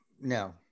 No